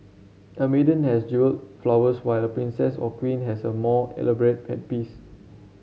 a maiden has jewelled flowers while a princess or queen has a more elaborate headpiece